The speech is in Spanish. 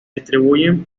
distribuyen